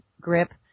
grip